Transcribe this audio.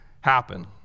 happen